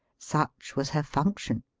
such was her function,